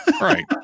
Right